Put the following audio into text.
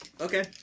Okay